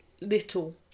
little